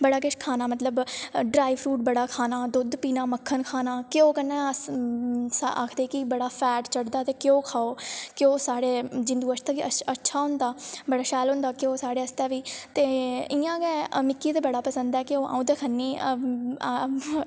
बड़ा किश खाना मतलब ड्राई फरूट बड़ा खाना दुद्ध पीना मक्खन खाना घ्यो कन्नै अस आखदे कि बड़ा फैट चढ़दा ते घ्यो खाओ घ्यो साढ़े जिंदु आस्तै बी अच्छा होंदा बड़ा अच्छा शैल होंदा घ्यो साढ़े आस्तै बी ते इ'यां गै मिगी ते बड़ा पसंद ऐ घ्यो अ'ऊं ते खन्नी